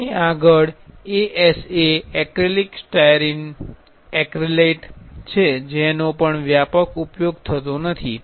અને આગળ ASA acrylic styrene acrylate છે જેનો પણ વ્યાપક ઉપયોગ થતો નથી